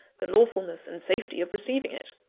the lawfulness and safety of receiving it!